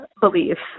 beliefs